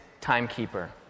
timekeeper